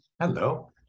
Hello